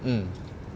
mm